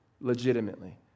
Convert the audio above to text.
legitimately